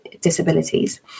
disabilities